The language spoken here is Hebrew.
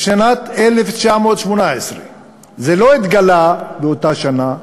בשנת 1918. זה לא התגלה באותה שנה,